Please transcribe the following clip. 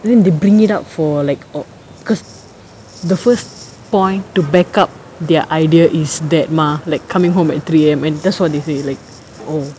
then they bring it up for like oh because the first point to backup their idea is that mah like coming home at three A_M and that's what they see like oh